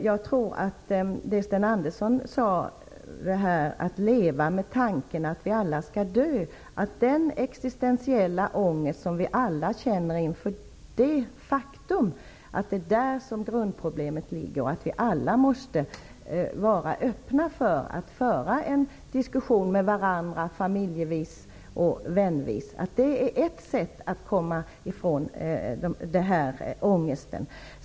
Sten Andersson talade om att leva med tanken på att vi alla skall dö. Grundproblemet ligger i den existentiella ångest som vi alla känner inför detta faktum. Vi måste alla vara öppna för att föra en diskussion med varandra, familjevis och vänner emellan. Det är ett sätt att komma ifrån denna ångest.